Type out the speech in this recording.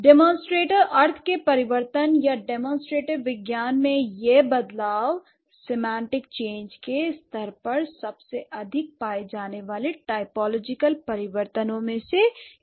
demonstrator अर्थ के परिवर्तन या डेमोंस्ट्रेटिव विज्ञान में यह बदलाव सेमांटिक चेंज के स्तर पर सबसे अधिक पाए जाने वाले टाइपोलॉजिकल परिवर्तनों में से एक रहा है